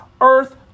earth